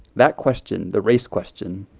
that question, the race question,